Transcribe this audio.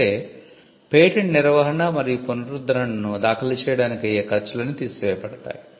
అంటే పేటెంట్ నిర్వహణ మరియు పునరుద్ధరణను దాఖలు చేయడానికి అయ్యే ఖర్చులన్నీ తీసివేయబడతాయి